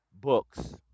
books